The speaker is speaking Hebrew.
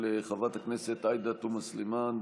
של חברת הכנסת עאידה תומא סלימאן,